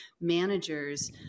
managers